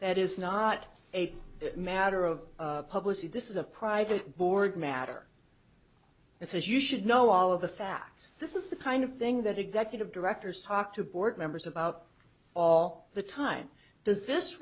that is not a matter of publishing this is a private board matter it's you should know all of the facts this is the kind of thing that executive directors talk to board members about all the time does this